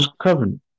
covenant